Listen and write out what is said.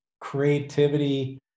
creativity